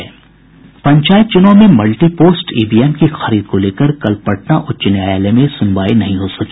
पंचायत चुनाव के लिए मल्टी पोस्ट ईवीएम की खरीद को लेकर कल पटना उच्च न्यायालय में सुनवाई नहीं हो सकी